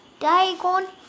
Diagon